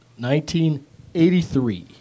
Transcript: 1983